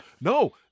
No